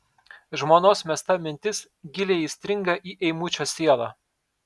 žmonos mesta mintis giliai įstringa į eimučio sielą